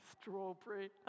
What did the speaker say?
Strawberry